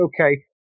okay